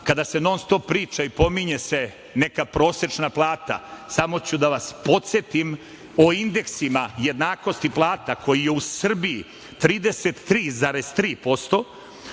kada se non-stop priča i pominje neka prosečna plata? Samo ću da vas podsetim o indeksima jednakosti plata koji je u Srbiji 33,3%.